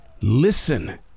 listen